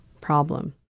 problem